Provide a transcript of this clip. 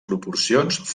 proporcions